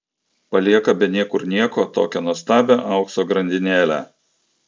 palieka be niekur nieko tokią nuostabią aukso grandinėlę